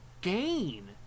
gain